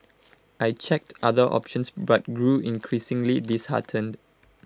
I checked other options but grew increasingly disheartened